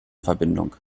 verbindung